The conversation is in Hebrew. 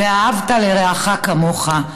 "ואהבת לרעך כמוך".